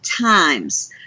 times